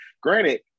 granted